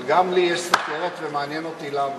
אבל גם לי יש סוכרת, ומעניין אותי למה.